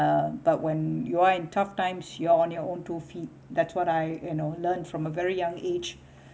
uh but when you are in tough times you are on your own two feet that's what I you know learn from a very young age